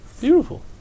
Beautiful